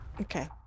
okay